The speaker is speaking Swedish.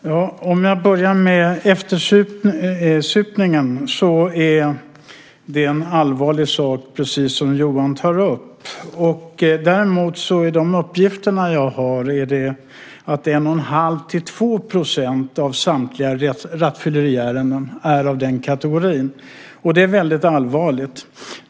Fru talman! Jag ska börja med frågan om eftersupningen som är allvarlig, precis som Johan säger. Däremot är det enligt de uppgifter som jag har 1 1⁄2-2 % av samtliga rattfylleriärenden som är av den kategorin. Det är väldigt allvarligt.